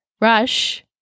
rush